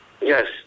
Yes